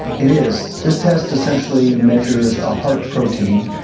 it is. this test essentially measures a heart protein.